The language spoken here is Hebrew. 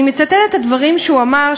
אני מצטטת את הדברים שהוא אמר,